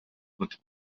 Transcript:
võtab